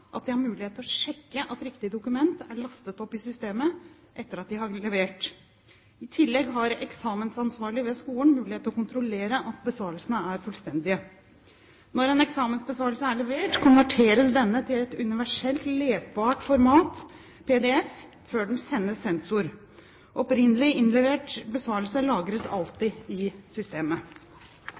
at han har mulighet til å sjekke at riktig dokument er lastet opp i systemet etter at han har levert. I tillegg har eksamensansvarlig ved skolen mulighet til å kontrollere at besvarelsene er fullstendige. Når en eksamensbesvarelse er levert, konverteres denne til et universelt lesbart format, pdf, før den sendes sensor. Opprinnelig innlevert besvarelse lagres alltid i systemet.